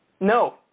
No